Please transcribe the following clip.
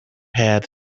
had